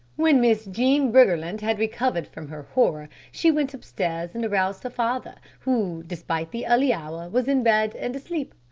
when miss jean briggerland had recovered from her horror, she went upstairs and aroused her father, who, despite the early hour, was in bed and asleep.